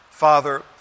Father